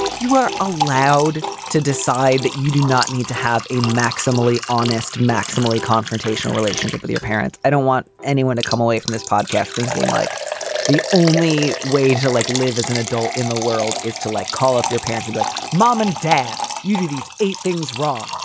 you are allowed to decide that you do not need to have a maximally honest, maximally confrontational relationship with your parents. i don't want anyone to come away from this podcast thinking like the only way to, like, live as an adult in the world is to like, call up your parents like mom and dad. you do these eight things wrong,